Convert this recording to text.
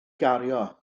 gario